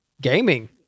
gaming